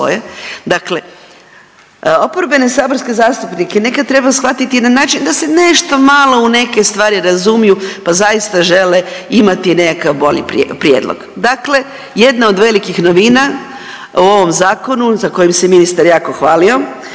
Dakle, oporbene saborske zastupnike nekad treba shvatiti i na način da se nešto malo u neke stvari razumiju pa zaista žele imati nekakav bolji prijedlog. Dakle, jedna od velikih novina u ovom zakonu sa kojom se ministar jako hvalio